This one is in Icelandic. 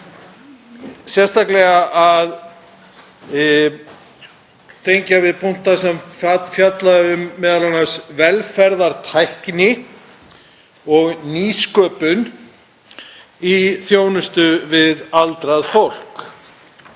sérstaklega að tengja við punkta sem fjalla m.a. um velferðartækni og nýsköpun í þjónustu við aldrað fólk.